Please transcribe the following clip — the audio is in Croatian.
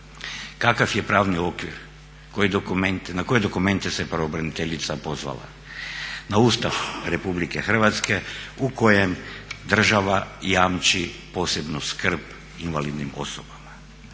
Kakav je pravni okvir, na koje dokumente se pravobraniteljica pozvala? Na Ustava RH u kojem država jamči posebnu skrb invalidnim osobama,